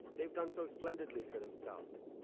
they've done so splendidly for themselves,